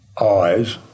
eyes